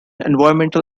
environmental